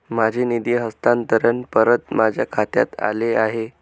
माझे निधी हस्तांतरण परत माझ्या खात्यात आले आहे